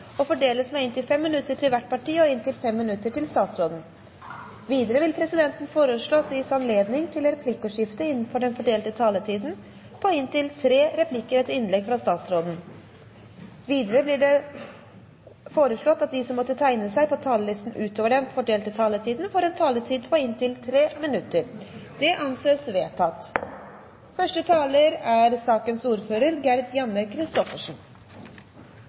og fordeles med inntil 5 minutter til hvert parti og inntil 5 minutter til statsråden. Videre vil presidenten foreslå at det gis anledning til replikkordskifte på inntil tre replikker med svar etter innlegg fra statsråden innenfor den fordelte taletid. Videre blir det foreslått at de som måtte tegne seg på talerlisten utover den fordelte taletid, får en taletid på inntil 3 minutter. – Det anses vedtatt. Dette er